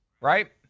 Right